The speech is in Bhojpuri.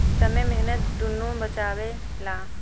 समय मेहनत दुन्नो बचावेला